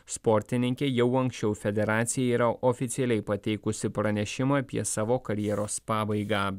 sportininkė jau anksčiau federacijai yra oficialiai pateikusi pranešimą apie savo karjeros pabaigą